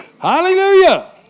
Hallelujah